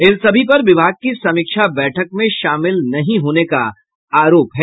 इन सभी पर विभाग की समीक्षा बैठक में शामिल नहीं होने का आरोप है